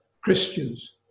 Christians